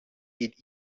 geht